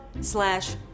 slash